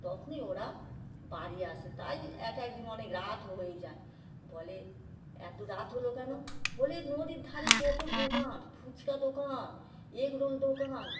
তখনই ওরা বাড়ি আসে তাই এক এক দিন অনেক রাতও হয়ে যায় বলে এত রাত হলো কেন বলি নদীর ধারে কত দোকান ফুচকা দোকান এগরোল দোকান